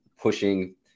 pushing